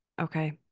okay